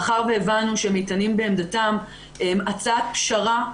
מאחר שהבנו שהם איתנים בעמדתם, הצעת פשרה.